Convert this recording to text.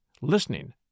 listening